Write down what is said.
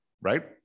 right